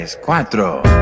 Cuatro